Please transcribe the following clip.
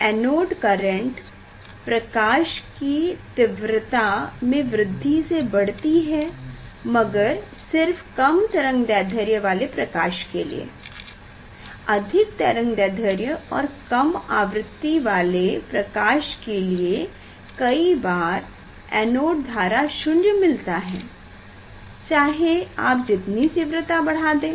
anode current प्रकाश की तीव्रता में वृद्धि से बढ़ती है मगर सिर्फ कम तरंगदैध्र्य वाले प्रकाश के लिए अधिक तरंगदैध्र्य और कम आवृति वाले प्रकाश के लिए कई बार एनोड धारा शून्य मिलता है चाहे आप जितनी तीव्रता बढ़ा दें